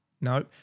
No